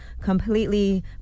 completely